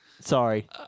Sorry